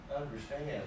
understand